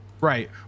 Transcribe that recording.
Right